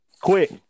quick